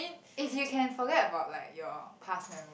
if you can forget about like your past memory